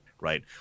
right